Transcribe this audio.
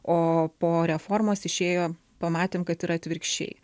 o po reformos išėjo pamatėm kad yra atvirkščiai